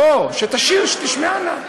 לא, שתשיר, שתשמענה.